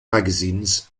magazines